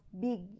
big